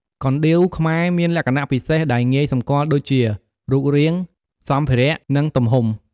កណ្ដៀវខ្មែរមានលក្ខណៈពិសេសដែលងាយសម្គាល់ដូចជា រូបរាង សម្ភារ និងទំហំ។